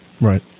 right